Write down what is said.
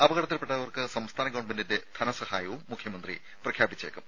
അപകടത്തിൽപെട്ടവർക്ക് സംസ്ഥാന ഗവൺമെന്റിന്റെ ധനസഹായവും മുഖ്യമന്ത്രി പ്രഖ്യാപിച്ചേക്കും